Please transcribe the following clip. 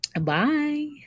Bye